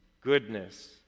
goodness